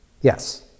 Yes